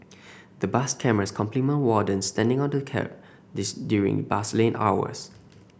the bus cameras complement wardens standing on the kerb this during bus lane hours